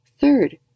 Third